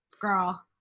girl